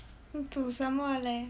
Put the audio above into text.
煮什么 leh